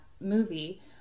movie